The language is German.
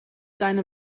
deine